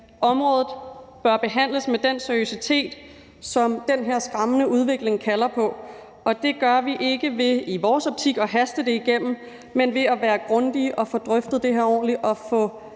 området bør behandles med den seriøsitet, som den her skræmmende udvikling kalder på. Og det gør vi i vores optik ikke ved at haste det igennem, men ved at være grundige og få drøftet det her ordentligt og få